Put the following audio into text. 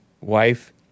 wife